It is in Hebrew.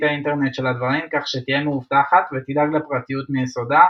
האינטרנט של הדברים כך שתהיה מאובטחת ותדאג לפרטיות מיסודה",